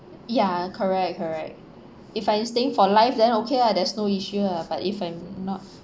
ya correct correct if I'm staying for life then okay ah there's no issue ah but if I'm not